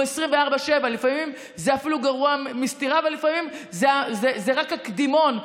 זה 24/7. לפעמים זה אפילו גרוע מסטירה ולפעמים זה רק הקדימון,